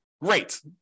great